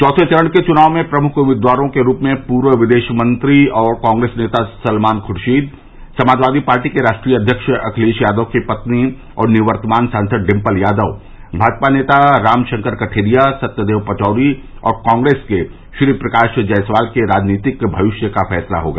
चौथे चरण के चुनाव में प्रमुख उम्मीदवारों के रूप में पूर्व विदेश मंत्री और कांग्रेस नेता सलमान खुर्शीद समाजवादी पार्टी के राष्ट्रीय अध्यक्ष अखिलेश यादव की पत्नी और निवर्तमान सांसद डिम्पल यादव भाजपा नेता रामशंकर कठेरिया सत्यदेव पचौरी और कांग्रेस के श्रीप्रकाश जायसवाल के राजनैतिक भविष्य का फैसला होगा